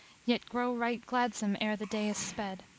yet grow right gladsome ere the day is sped!